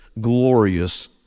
glorious